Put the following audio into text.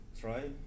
try